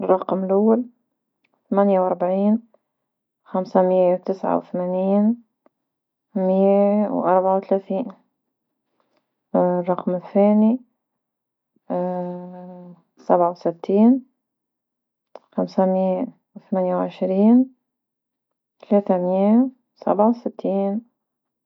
الرقم الأول ثمانية وأربعين، خمسة مئة وتسعة وثمانين، مئة وأربعة وثلاثين، الرقم الثاني سبعة وستين خمسمائة وثمانية وعشرين ثلاثة مئة وسبعة وستين.